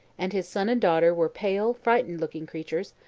and his son and daughter were pale, frightened-looking creatures,